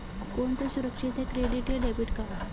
कौन सा सुरक्षित है क्रेडिट या डेबिट कार्ड?